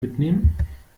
mitnehmen